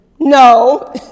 no